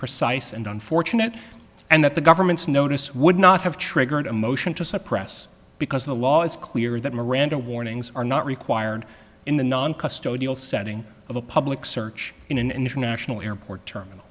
imprecise and unfortunate and that the government's notice would not have triggered a motion to suppress because the law is clear that miranda warnings are not required in the noncustodial setting of a public search in an international airport terminal